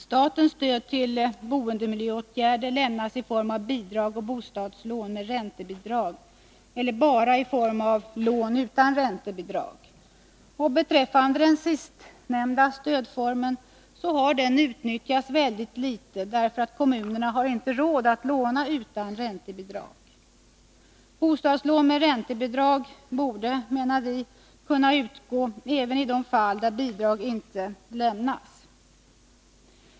Statens stöd till boendemiljöåtgärder lämnas i form av bidrag och bostadslån med räntebidrag eller bara i form av lån utan räntebidrag. Den sistnämnda stödformen har utnyttjats mycket litet, på grund av att kommunerna inte har råd att låna utan räntebidrag. Bostadslån med räntebidrag borde kunna utgå även i de fall där bidrag inte lämnas.